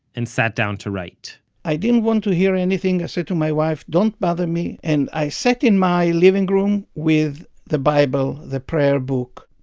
and sat down to write i didn't want to hear anything, i said to my wife, don't bother me, and i sat in my living room with the bible, the prayer book.